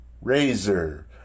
razor